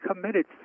committed